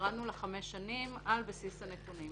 וירדנו ל-5 שנים על בסיס הנתונים?